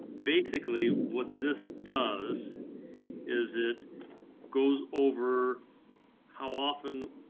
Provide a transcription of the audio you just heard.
basically what this does is it goes over how often.